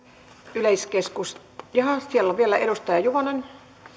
yleiskeskus jaha siellä listalla on vielä edustaja juvonen